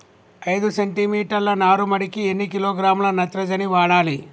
ఐదు సెంటిమీటర్ల నారుమడికి ఎన్ని కిలోగ్రాముల నత్రజని వాడాలి?